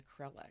acrylic